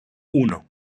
uno